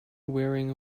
wearing